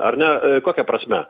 ar ne kokia prasme